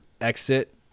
exit